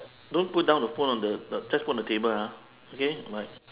don't put down the phone on the the just put on the table ah okay bye